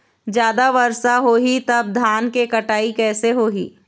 जादा वर्षा होही तब धान के कटाई कैसे होही?